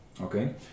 okay